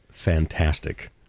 fantastic